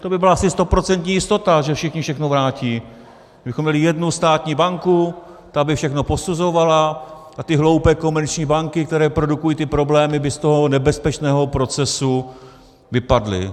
To by byla asi stoprocentní jistota, že všichni všechno vrátí, kdybychom měli jednu státní banku, ta by všechno posuzovala a ty hloupé komerční banky, které produkují ty problémy, by z toho nebezpečného procesu vypadly.